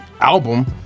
album